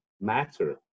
matter